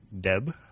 Deb